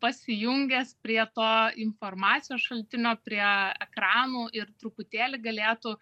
pasijungęs prie to informacijos šaltinio prie ekranų ir truputėlį galėtų